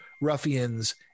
ruffians